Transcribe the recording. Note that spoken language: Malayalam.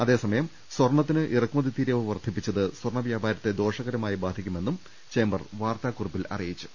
അതേസമയം സ്വർണ്ണത്തിന് ഇറക്കുമതി തീരുവ വർദ്ധിപ്പിച്ചത് സ്വർണ വ്യാപാരത്തെ ദോഷകരമായി ബാധി ക്കുമെന്നും ചേംബർ വാർത്താക്കുറിപ്പിൽ അറിയിച്ചു